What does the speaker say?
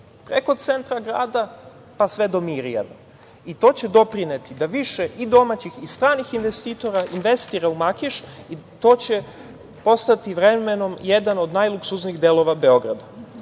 preko centra grada, pa sve do Mirijeva. To će doprineti da više domaćih i stranih investitora investira u Makiš, i to će vremenom postati jedan od najluksuznijih delova Beograda,